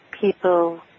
people